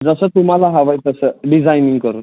जसं तुम्हाला हवं आहे तसं डिझायनिंग करून